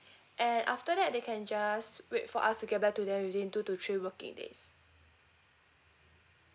and after that they can just wait for us to get back to them within two to three working days